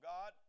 God